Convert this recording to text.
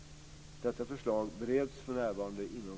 Detta förslag bereds för närvarande inom